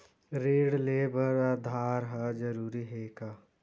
ऋण ले बर आधार ह जरूरी हे का?